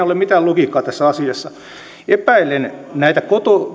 ole mitään logiikkaa epäilen näitä